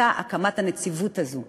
הייתה הקמת הנציבות הזו.